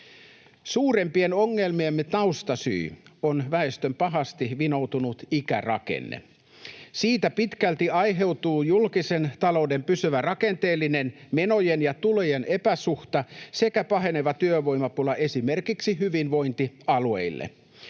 Suurimpien ongelmiemme taustasyy on väestön pahasti vinoutunut ikärakenne. Siitä pitkälti aiheutuu julkisen talouden pysyvä rakenteellinen menojen ja tulojen epäsuhta sekä paheneva työvoimapula esimerkiksi hyvinvointialueille.